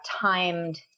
timed